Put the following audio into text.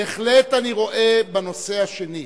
בהחלט אני רואה בנושא השני,